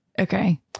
Okay